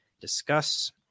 discuss